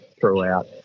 throughout